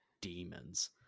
demons